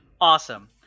Awesome